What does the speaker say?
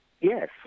Yes